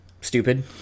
stupid